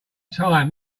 time